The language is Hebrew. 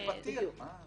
זה פתיר.